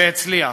והצליח.